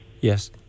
Yes